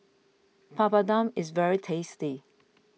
Papadum is very tasty